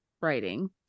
writing